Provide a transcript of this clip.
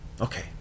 Okay